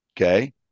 okay